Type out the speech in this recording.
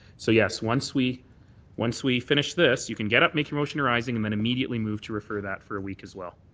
so yes, once we once we finish this, you can get up, make your motion arising, and then immediately move to refer that for a week as well.